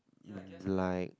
like